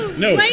no,